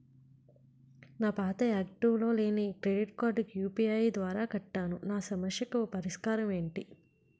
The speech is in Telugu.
నా పాత యాక్టివ్ లో లేని క్రెడిట్ కార్డుకు యు.పి.ఐ ద్వారా కట్టాను నా సమస్యకు పరిష్కారం ఎంటి?